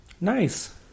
Nice